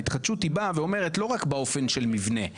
ההתחדשות היא באה ואומרת לא רק באופן של מבנה.